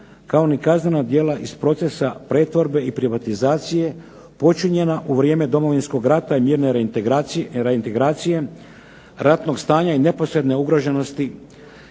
kao ni kazneno djelo iz procesa pretvorbe i privatizacije počinjena u vrijeme Domovinskog rata i mirne reintegracije, ratnog stanja i neposredne ugroženosti,